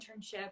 internship